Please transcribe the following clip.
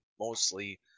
mostly